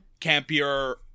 campier